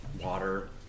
water